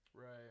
Right